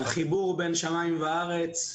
החיבור בין שמיים וארץ.